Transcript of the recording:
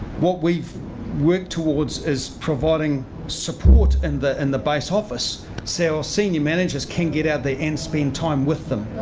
what we've worked towards is providing support and the and the base office, so our senior managers can get out there and spend time with them.